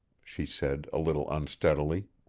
she said a little unsteadily.